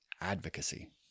advocacy